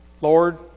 lord